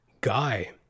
guy